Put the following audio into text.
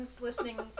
listening